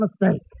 mistake